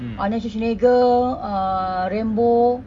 arnold schwarzenegger uh rambo